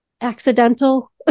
accidental